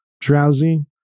drowsy